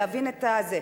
להבין את הזה.